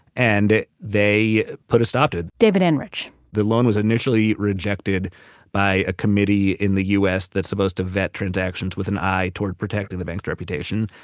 and they put a stop to it david enrich the loan was initially rejected by a committee in the u s. that's supposed to vet transactions with an eye toward protecting the bank's reputation.